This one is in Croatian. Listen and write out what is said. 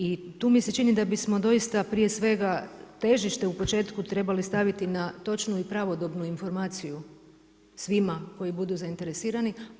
I tu mi se čini da bismo doista prije svega težište u početku trebali staviti na točnu i pravodobnu informaciju svima koji budu zainteresirani.